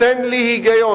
תן לי היגיון.